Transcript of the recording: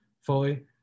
fully